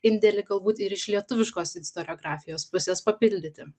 indelį galbūt ir iš lietuviškos istoriografijos pusės papildyti